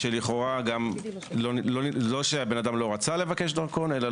שלכאורה לא שהאדם לא רצה לבקש דרכון אלא